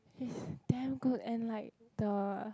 is damn good and like the